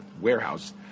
warehouse